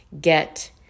get